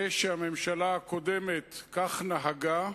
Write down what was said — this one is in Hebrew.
זה שהממשלה הקודמת נהגה כך,